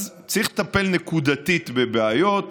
אז צריך לטפל נקודתית בבעיות,